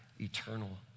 eternal